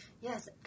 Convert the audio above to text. Yes